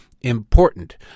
important